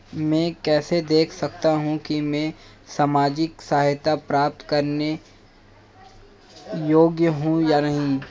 मैं कैसे देख सकता हूं कि मैं सामाजिक सहायता प्राप्त करने योग्य हूं या नहीं?